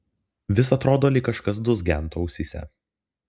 vis atrodo lyg kažkas dūzgentų ausyse